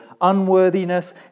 unworthiness